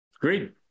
Great